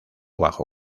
bajo